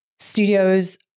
studios